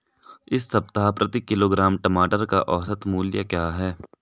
इस सप्ताह प्रति किलोग्राम टमाटर का औसत मूल्य क्या है?